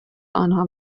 آنها